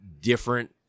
different